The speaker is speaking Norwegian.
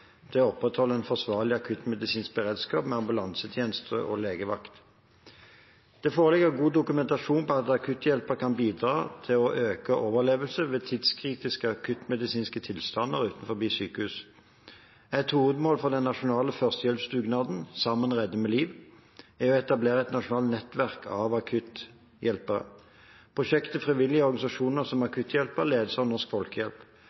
å opprettholde en forsvarlig akuttmedisinsk beredskap med ambulansetjeneste og legevakt. Det foreligger god dokumentasjon på at akutthjelpere kan bidra til å øke overlevelsen ved tidskritiske akuttmedisinske tilstander utenfor sykehus. Et hovedmål for den nasjonale førstehjelpsdugnaden «Sammen redder vi liv» er å etablere et nasjonalt nettverk av akutthjelpere. Prosjektet «Frivillige organisasjoner som akutthjelpere» ledes av Norsk Folkehjelp.